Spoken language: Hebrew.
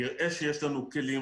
נראה שיש לנו כלים,